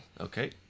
Okay